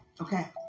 Okay